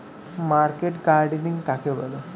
Market gardening কাকে বলে?